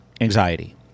anxiety